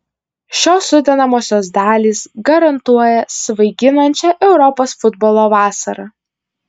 šios sudedamosios dalys garantuoja svaiginančią europos futbolo vasarą